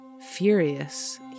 Furious